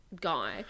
Guy